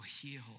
heal